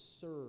serve